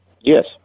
Yes